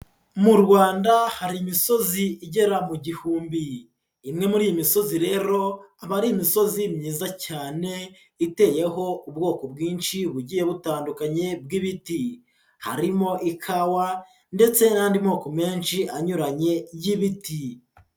Mu Rwanda hari imisozi igera mu gihumbi. Imwe muri iyi misozi rero aba imisozi myiza cyane iteyeho ubwoko bwinshi bugiye butandukanye bw'ibiti. Harimo ikawa, ndetse n'andi moko menshi anyuranye y'ibiti.